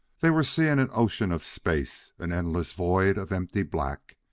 they were seeing an ocean of space, an endless void of empty black.